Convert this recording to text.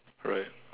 right